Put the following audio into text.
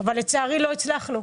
אבל לצערי לא הצלחנו.